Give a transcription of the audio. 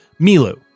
Milu